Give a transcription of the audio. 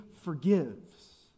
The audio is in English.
forgives